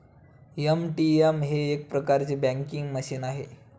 ATM हे एक प्रकारचे बँकिंग मशीन आहे